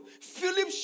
Philip